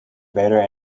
beta